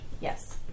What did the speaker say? Yes